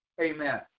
amen